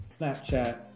Snapchat